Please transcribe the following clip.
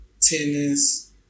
tennis